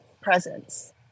presence